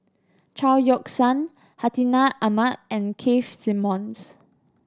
Chao Yoke San Hartinah Ahmad and Keith Simmons